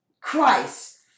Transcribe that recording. Christ